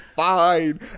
fine